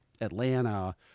Atlanta